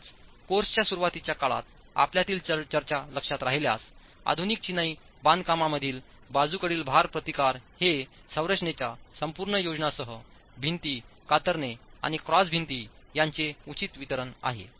म्हणूनच कोर्सच्या सुरुवातीच्या काळात आपल्यातील चर्चा लक्षात राहिल्यास आधुनिक चिनाई बांधकामांमधील बाजूकडील भार प्रतिकार हे संरचनेच्या संपूर्ण योजनेसह भिंती कातरणे आणि क्रॉस भिंती यांचे उचित वितरण आहे